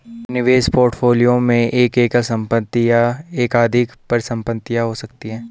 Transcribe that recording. निवेश पोर्टफोलियो में एक एकल संपत्ति या एकाधिक परिसंपत्तियां हो सकती हैं